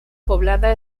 poblada